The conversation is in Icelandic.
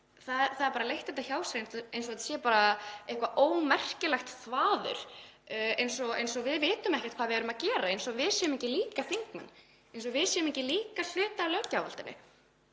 eru bara hunsaðar eins og þetta sé bara eitthvert ómerkilegt þvaður, eins og við vitum ekkert hvað við erum að gera, eins og við séum ekki líka þingmenn, eins og við séum ekki líka hluti af löggjafarvaldinu.